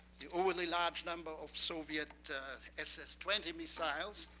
the overly large number of soviet ss twenty missiles